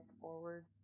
forward